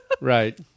right